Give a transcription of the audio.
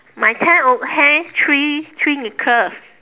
my tent only have three three necklace